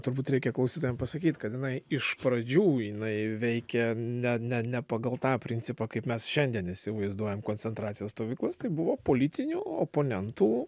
turbūt reikia klausytojam pasakyt kad jinai iš pradžių jinai veikė ne ne ne pagal tą principą kaip mes šiandien įsivaizduojam koncentracijos stovyklas tai buvo politinių oponentų